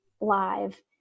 live